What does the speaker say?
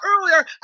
earlier